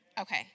Okay